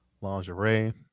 lingerie